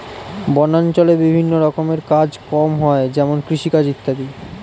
বনাঞ্চলে বিভিন্ন রকমের কাজ কম হয় যেমন কৃষিকাজ ইত্যাদি